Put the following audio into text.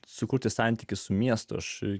sukurti santykius su miestu aš